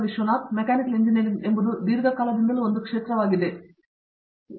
Vishwanath mechanical engineering ಎಂಬುದು ದೀರ್ಘಕಾಲದಿಂದಲೂ ಒಂದು ಕ್ಷೇತ್ರವಾಗಿದೆ ಎಂದು ತಿಳಿದಿರುವಿರಾ